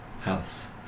house